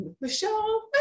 Michelle